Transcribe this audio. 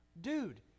Dude